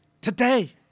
today